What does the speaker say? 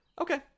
Okay